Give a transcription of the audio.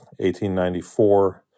1894